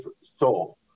soul